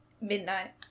Midnight